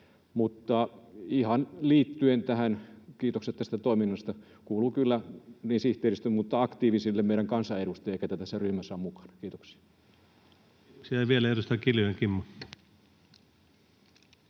2021. Ihan liittyen tähän kiitokset tästä toiminnasta kuuluvat kyllä niin sihteeristölle kuin myös meidän aktiivisille kansanedustajille, keitä tässä ryhmässä on mukana. — Kiitoksia. [Speech